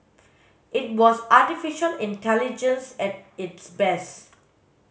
it was artificial intelligence at its best